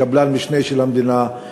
כקבלן משנה של המדינה.